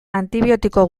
antibiotiko